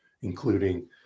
including